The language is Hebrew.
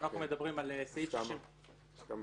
אנחנו מדברים על סעיף 60 --- אז כמה?